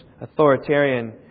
authoritarian